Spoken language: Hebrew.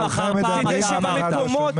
--- תפקידנו הוא להביא לפרשנות